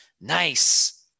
Nice